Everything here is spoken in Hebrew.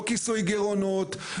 לא כיסוי גירעונות,